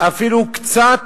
אפילו קצת,